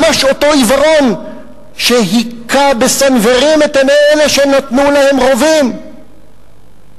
ממש אותו עיוורון שהכה בסנוורים את עיני אלה שנתנו להם רובים אז,